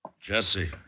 Jesse